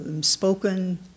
spoken